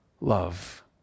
love